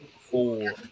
four